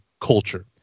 culture